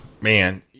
man